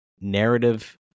narrative